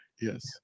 Yes